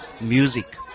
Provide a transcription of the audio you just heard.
music